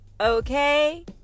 okay